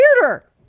weirder